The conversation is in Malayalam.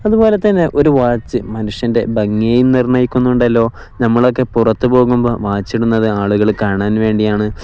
അതുപോലെ തന്നെ ഒരു വാച്ച് മനുഷ്യൻ്റെ ഭംഗിയെ നിർണ്ണയിക്കുന്നുണ്ടല്ലോ നമ്മളൊക്കെ പുറത്തുപോകുമ്പോള് വാച്ചിടുന്നത് ആളുകള് കാണാൻ വേണ്ടിയാണ്